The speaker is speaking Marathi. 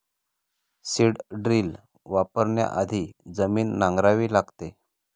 सीड ड्रिल वापरण्याआधी जमीन नांगरावी लागते